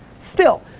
still.